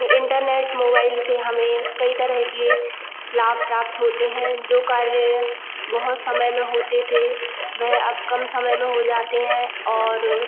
internet mobile से हमें कई तरह के लाभ प्राप्त होते हैं जो कार्य बहुत समय में होते थे वह अब कम समय में हो जाते हैं और